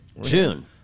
June